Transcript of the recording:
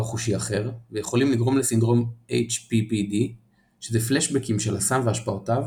חושי אחר ויכולים לגרום לסינדרום HPPD שזה פלאשבקים של הסם והשפעותיו,